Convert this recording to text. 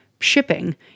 shipping